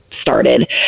started